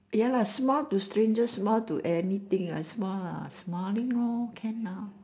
ya lah smile to stranger smile to anything ah smile ah smiling lor can lor